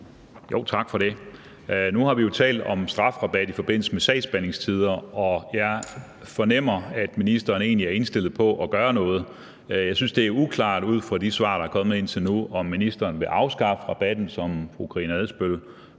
Tak for det. Nu har vi jo talt om strafrabat i forbindelse med sagsbehandlingstider, og jeg fornemmer, at ministeren egentlig er indstillet på at gøre noget. Jeg synes, det er uklart ud fra de svar, der er kommet indtil nu, om ministeren vil afskaffe rabatten, som fru Karina Adsbøl